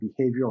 behavioral